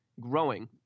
growing